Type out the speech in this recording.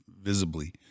visibly